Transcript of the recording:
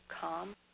calm